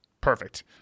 Perfect